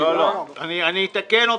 לא, אני אתקן אותך,